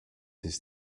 his